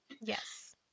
Yes